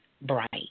bright